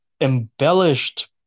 embellished